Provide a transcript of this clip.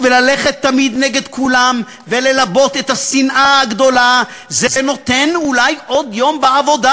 וללכת תמיד נגד כולם וללבות שנאה גדולה זה נותן אולי עוד יום בעבודה,